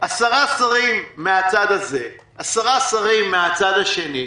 עשרה שרים מהצד הזה, עשרה שרים מהצד השני,